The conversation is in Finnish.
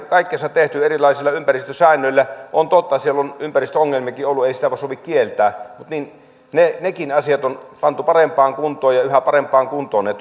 kaikkensa tehty erilaisilla ympäristösäännöillä on totta että siellä on ympäristöongelmiakin ollut ei sitä sovi kieltää mutta nekin asiat on pantu parempaan kuntoon ja yhä parempaan kuntoon ne